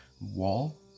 Wall